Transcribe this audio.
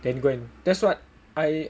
then go and that's what I